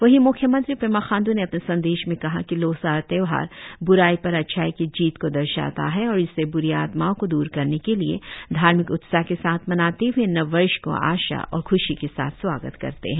वहीं म्ख्य मंत्री पेमा खांडू ने अपने संदेश में कहा कि लोसार त्योहार ब्राई पर अच्छाई की जीत को दर्शाता है और इसे ब्री आत्माओं को दूर करने के लिए धार्मिक उत्साह के साथ मनाते हुए नव वर्ष को आशा और ख्शी के साथ स्वागत करते है